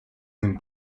ним